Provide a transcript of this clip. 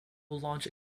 launch